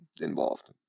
involved